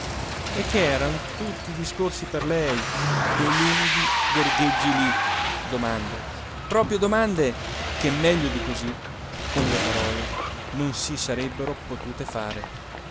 e che eran tutti discorsi per lei quei lunghi gorgheggi lì domande proprio domande che meglio di così con le parole non si sarebbero potute fare